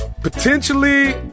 Potentially